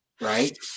Right